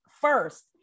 first